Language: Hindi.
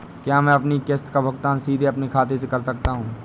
क्या मैं अपनी किश्त का भुगतान सीधे अपने खाते से कर सकता हूँ?